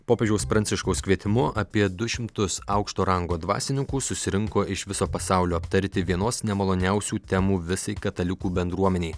popiežiaus pranciškaus kvietimu apie du šimtus aukšto rango dvasininkų susirinko iš viso pasaulio aptarti vienos nemaloniausių temų visai katalikų bendruomenei